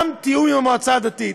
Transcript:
גם תיאום עם המועצה הדתית,